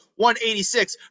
186